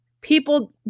people